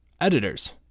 Editors